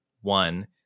one